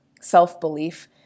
self-belief